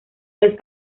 los